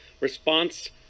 response